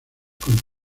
con